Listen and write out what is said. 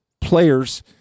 players